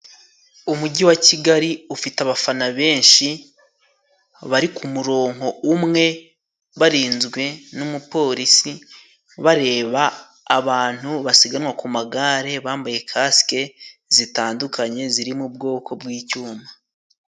umujyi wa Kigali ufite abafana benshi bari ku muronko umwe barinzwe n'umupolisi bareba abantu basiganwa ku magare bambaye kasike zitandukanye ziri mu bwoko bw'icyuma.